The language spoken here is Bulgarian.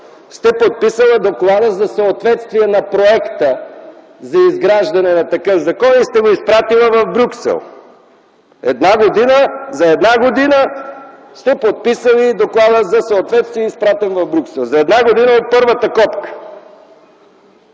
сте подписала доклада за съответствие на проекта за изграждане на такъв завод и сте го изпратила в Брюксел. За една година сте подписали доклада за съответствие, който е изпратен в Брюксел. За една година от първата копка!